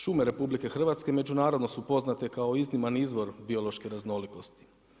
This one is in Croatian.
Šume RH međunarodno su poznate kao izniman izvor biološke raznolikosti.